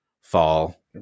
fall